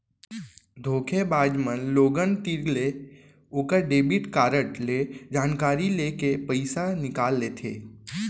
धोखेबाज बाज मन लोगन तीर ले ओकर डेबिट कारड ले जानकारी लेके पइसा निकाल लेथें